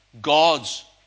God's